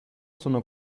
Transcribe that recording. sono